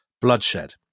bloodshed